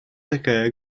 такая